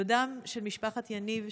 דודם של בני משפחת יניב,